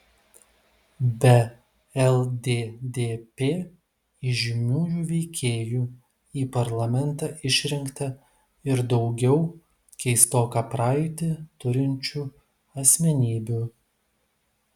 be lddp įžymiųjų veikėjų į parlamentą išrinkta ir daugiau keistoką praeitį turinčių asmenybių